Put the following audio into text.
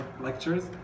lectures